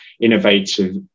innovative